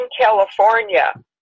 California